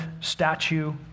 statue